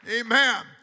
Amen